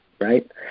right